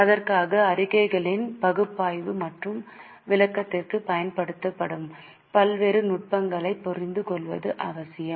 அதற்காக அறிக்கைகளின் பகுப்பாய்வு மற்றும் விளக்கத்திற்கு பயன்படுத்தப்படும் பல்வேறு நுட்பங்களைப் புரிந்துகொள்வது அவசியம்